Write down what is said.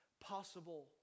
possible